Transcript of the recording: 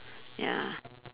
ya